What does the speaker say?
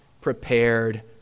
prepared